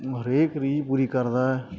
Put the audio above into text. ਹਰੇਕ ਰੀਝ ਪੂਰੀ ਕਰਦਾ